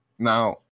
Now